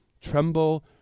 tremble